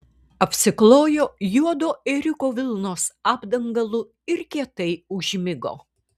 apsiklojo juodo ėriuko vilnos apdangalu ir kietai užmigo